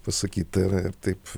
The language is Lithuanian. pasakyta yra ir taip